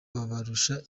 babarusha